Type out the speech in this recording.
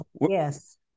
Yes